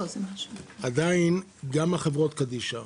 חברות קדישא